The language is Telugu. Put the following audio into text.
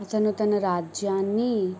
అతను తన రాజ్యాన్ని